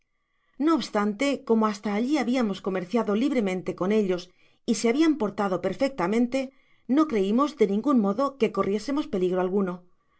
no obstante como hasta allí habiamos comerciado libremente con ellos y se habian portado perfectamente no creimos de ningun modo que corriesemos peligro alguno